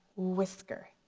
whisker,